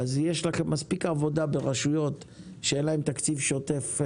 אז יש לכם מספיק עבודה ברשויות שאין להן תקציב שוטף,